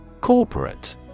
Corporate